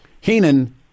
Heenan